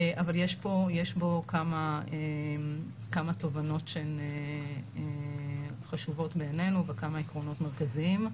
אבל יש בו כמה תובנות שהן חשובות בעינינו וכמה עקרונות מרכזיים,